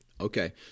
Okay